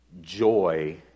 joy